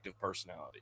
personality